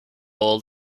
old